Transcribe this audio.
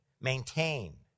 maintain